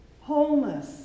Wholeness